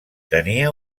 tenia